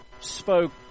spoke